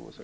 3,